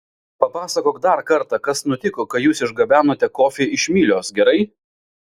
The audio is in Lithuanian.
papasakok dar kartą kas nutiko kai jūs išgabenote kofį iš mylios gerai